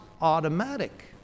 automatic